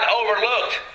overlooked